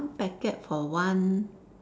one packet for one